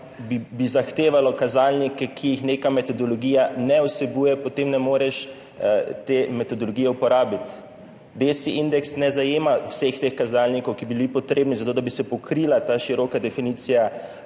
to zahtevalo kazalnike, ki jih neka metodologija ne vsebuje, potem ne moreš te metodologije uporabiti. DESI indeks ne zajema vseh teh kazalnikov, ki bi bili potrebni zato, da bi se pokrila ta široka definicija